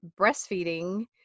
breastfeeding